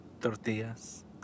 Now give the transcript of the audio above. tortillas